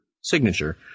signature